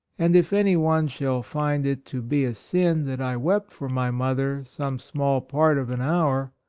and if any one shall find it to be a sin that i wept for my mother some small part of an hour,